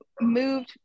moved